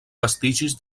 vestigis